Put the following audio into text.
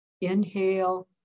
Inhale